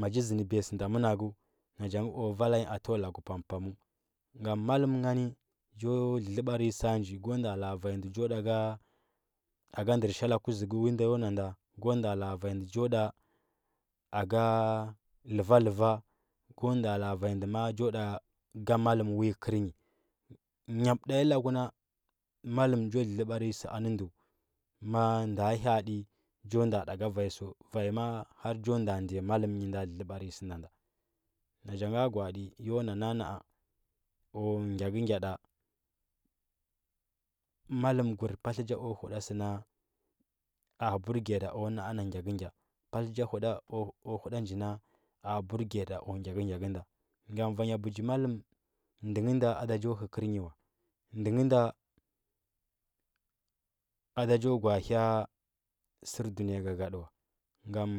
Ma ji zɚndɚbiya sɚ nda monogu na gan ngɚ o vala nyi tɚwa laku pam pamu ngam mallum gani njo lɚlɚbavi nyi sɚ nji go nda la’a vanyi ndɚ njo ɗa go ndɚr sholɚ kusugu wi nda yo na nda go nda la, a vanyi ndɚ njo ɗa a ga lɚva lɚva go ɗa la, a vanyi nde ma’a njo nɗa ga mallum wi kɚrɚ nyi nyab nda lagu na mallum njo lɚlɚbar nyi sɚ nɚ ndɚ ma ndɚa haaɗi njo nda ɗa ga vanyi sɚu vanyi ma’a har njo nda ɗa ndiya mallum nyi nda lɚlɚɓar nyi sɚ nda na ga gwaraɗi yo na na, a nara o gya ɚgya ɗa mallum gur patlɚ nja o huɗa sɚna a bur giya ɗɓa o na, a na gyakɚgya patla ja buɗa nji na a a burgiya ɗa o gyakɚ gyakɚ nda ngam vanya bɚgi mallum ndɚ nghɚ nda ada njo hɚ kɚrɚ nghɚ wa ndɚ ngɚ nda ada njo ga’a hya sɚr dunɚ ya gagaɗa wa ngam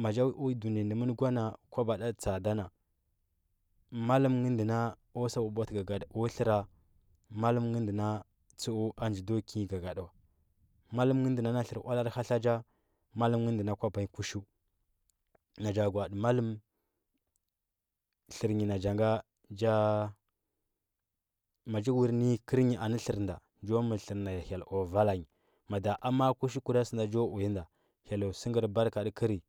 maja o dunɚya nɚmana go na kuwaba ɗad tsada na mallum ngɚ ndɚ na o sa bwabwatɚu gagaɗa o tlɚrɚ mallum ngɚ ndɚ tsuɚ a ndɚ ndo ki nyi gagaɗɚu wa mallum ngɚ ndɚ na tlɚr oal ɗi hatla nja mallu ngɚ ndɚ na kwoba nyi kushiu na ja gwa’aɗi mallum tlɚr nyi na ja a nja- ma gɚ wun nɚ kɚr yi anɚ tlɚr nda nja nada ama kushi kura sɚ nda njo uya nda hyella fɚgɚr barka kiri